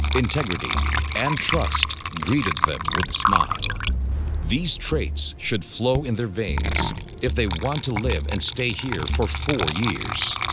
integrity and trust greeted them with a smile these traits should flow in their veins if they want to live and stay here for four years